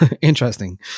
interesting